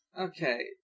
Okay